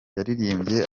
yaririmbye